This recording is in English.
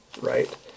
right